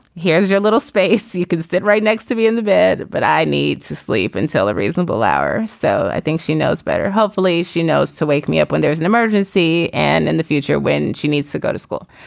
here's your little space. you can sit right next to me in the bed but i need to sleep until a reasonable hour. so i think she knows better. hopefully she knows to wake me up when there is an emergency and in the future when she needs to go to school.